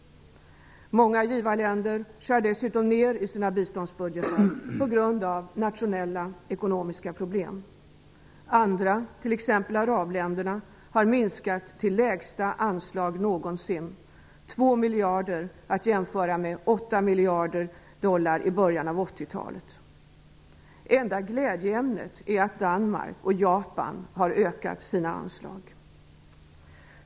Många givarländer skär dessutom ned sina biståndsbudgetar på grund av nationella ekonomiska problem. Andra, t.ex. arabländerna, har minskat till lägsta anslag någonsin -- 2 miljarder dollar, att jämföra med 8 miljarder i början av 80-talet. Enda glädjeämnet är att Danmark och Japan har ökat sina anslag.